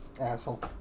asshole